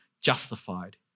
justified